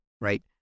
right